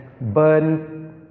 burn